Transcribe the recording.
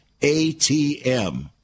ATM